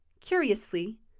Curiously